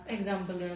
example